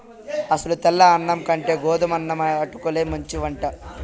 అసలు తెల్ల అన్నం కంటే గోధుమన్నం అటుకుల్లే మంచివట